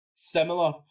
similar